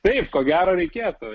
taip ko gero reikėtų